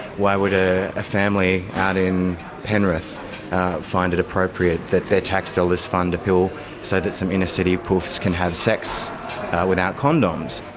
why would ah a family out in penrith find it appropriate that their tax dollars fund a pill so that some inner city poofs can have sex without condoms?